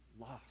lost